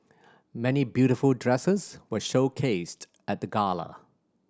many beautiful dresses were showcased at the gala